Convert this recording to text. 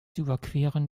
überqueren